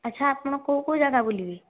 ଆଚ୍ଛା ଆପଣ କେଉଁ କେଉଁ ଜାଗା ବୁଲିବେ